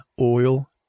oil